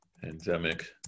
Pandemic